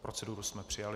Proceduru jsme přijali.